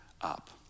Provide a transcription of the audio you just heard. up